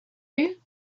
you